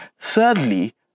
Thirdly